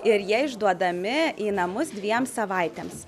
ir jie išduodami į namus dviem savaitėms